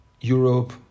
Europe